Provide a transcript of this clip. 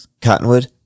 Cottonwood